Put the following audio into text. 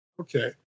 Okay